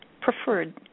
preferred